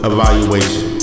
Evaluation